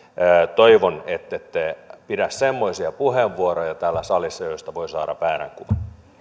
toivon ettette käytä semmoisia puheenvuoroja täällä salissa joista voi saada väärän kuvan